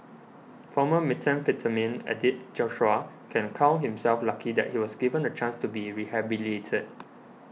former methamphetamine addict Joshua can count himself lucky that he was given a chance to be rehabilitated